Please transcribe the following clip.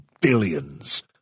billions